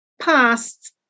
past